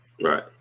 Right